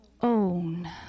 own